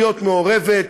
להיות מעורבת,